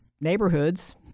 neighborhoods